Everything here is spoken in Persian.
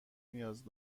نیاز